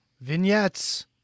Vignettes